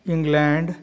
England